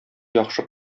яхшы